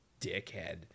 dickhead